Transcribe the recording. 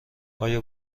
آیا